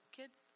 kids